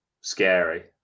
scary